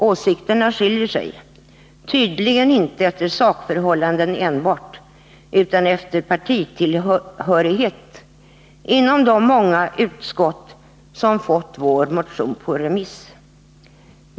Åsikterna skiljer sig tydligen inte enbart efter sakförhållanden utan också efter partitillhörighet inom de många utskott som fått vår motion på remiss.